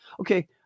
okay